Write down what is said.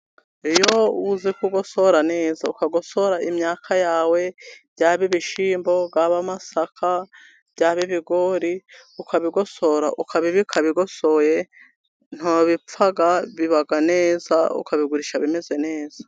iyo uzi kugosora neza ukagosora imyaka yawe, byaba ibishimbo, byaba amasaka, byaba ibigori. Ukabigosora ukabibika bigosoye ntibipfa, biba bisa neza ukabigurisha bimeze neza.